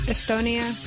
Estonia